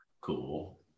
Cool